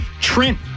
Trent